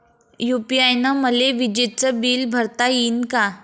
UPI न मले विजेचं बिल भरता यीन का?